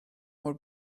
mor